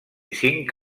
cinc